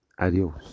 Adios